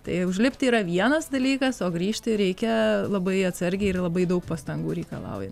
tai užlipti yra vienas dalykas o grįžti reikia labai atsargiai ir labai daug pastangų reikalauja